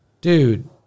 dude